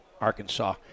Arkansas